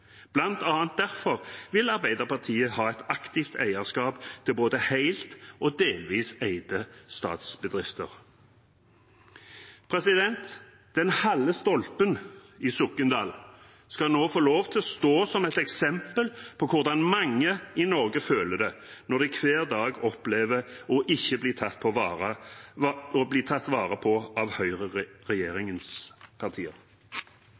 annet derfor vil Arbeiderpartiet ha et aktivt eierskap til både heleide og delvis eide statsbedrifter. Den halve stolpen i Sokndal skal nå få lov til å stå som et eksempel på hvordan mange i Norge føler det når de hver dag opplever å ikke bli tatt vare på av høyreregjeringens partier.